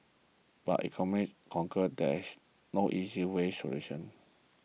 but economists concur dash no easy way solution